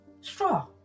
straw